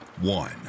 One